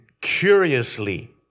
curiously